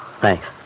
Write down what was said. Thanks